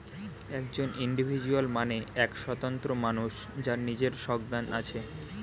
একজন ইন্ডিভিজুয়াল মানে এক স্বতন্ত্র মানুষ যার নিজের সজ্ঞান আছে